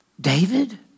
David